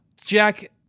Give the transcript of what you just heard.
Jack